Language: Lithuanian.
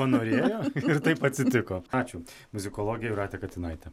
panorėjo ir taip atsitiko ačiū muzikologė jūratė katinaitė